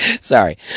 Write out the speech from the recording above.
sorry